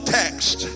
text